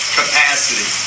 capacity